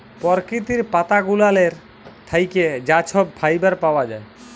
পরকিতির পাতা গুলালের থ্যাইকে যা ছব ফাইবার পাউয়া যায়